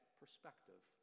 perspective